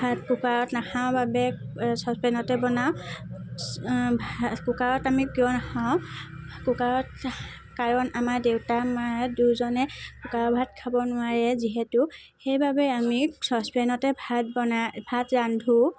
ভাত কুকাৰত নাখাওঁ বাবে চ'চপেনতে বনাওঁ কুকাৰত আমি কিয় নাখাওঁ কুকাৰত কাৰণ আমাৰ দেউতা মা দুইজনে কুকাৰৰ ভাত খাব নোৱাৰে যিহেতু সেইবাবে আমি চ'চপেনতে ভাত বনাই ভাত ৰান্ধোঁ